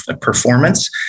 performance